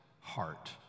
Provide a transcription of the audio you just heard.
heart